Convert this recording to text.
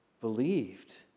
believed